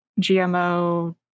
GMO